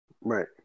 Right